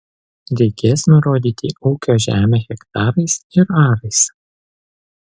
reikės nurodyti ūkio žemę hektarais ir arais